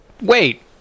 Wait